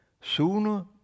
sooner